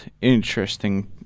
interesting